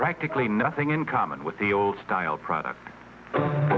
practically nothing in common with the old style product